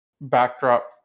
Backdrop